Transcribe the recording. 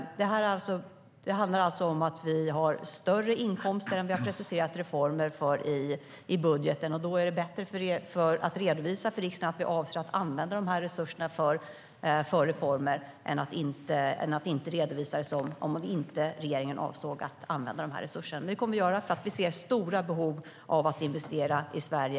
Det handlar om att vi har större inkomster än vi har preciserat reformer för i budgeten. Då är det bättre att redovisa för riksdagen att vi avser att använda resurserna till reformer än att redovisa det som att regeringen inte avser att använda dem. Vi kommer att använda dem eftersom vi ser stora behov av att investera i Sverige.